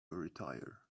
retire